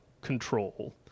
control